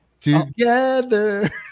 Together